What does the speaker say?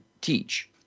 teach